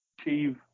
Achieve